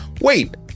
Wait